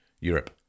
Europe